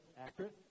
accurate